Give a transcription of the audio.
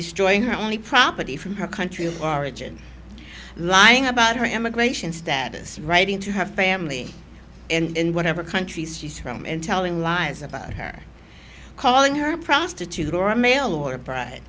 destroying her only property from her country of origin lying about her immigration status writing to have family and whatever countries she's from and telling lies about her calling her a prostitute or a mail order bride